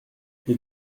ils